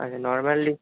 আচ্ছা normal dish